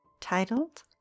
titled